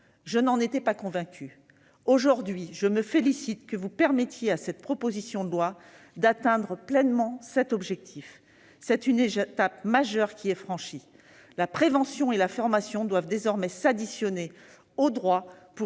Je n'en étais pas convaincue. Aujourd'hui, je me félicite de ce que vous permettiez à cette proposition de loi d'atteindre pleinement cet objectif. C'est une étape majeure qui est franchie. La prévention et la formation doivent désormais s'ajouter au droit